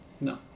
No